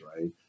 right